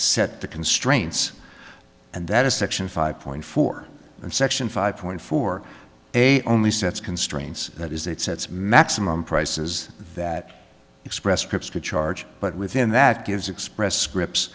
set the constraints and that is section five point four and section five point four eight only sets constraints that is that sets maximum prices that express scripts to charge but within that gives express scripts